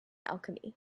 alchemy